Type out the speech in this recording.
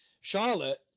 Charlotte